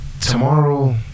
Tomorrow